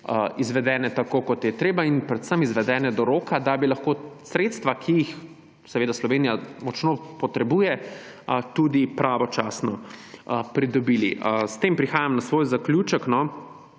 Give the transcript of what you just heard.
izvedene, tako kot je treba, in predvsem izvedene do roka, da bi lahko sredstva, ki jih Slovenija močno potrebuje, tudi pravočasno pridobili. S tem prehajam na zaključek.